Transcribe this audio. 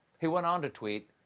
he went on to tweet,